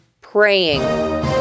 praying